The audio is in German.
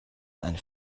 ein